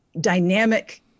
dynamic